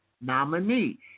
nominee